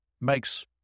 makes